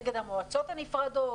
נגד המועצות הנפרדות,